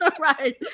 Right